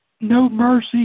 no-mercy